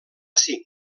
cinc